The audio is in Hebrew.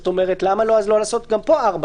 למה לא לעשות גם פה 4?